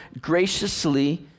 graciously